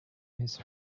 his